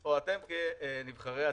או אתם כנבחרי הציבור?